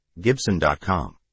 Gibson.com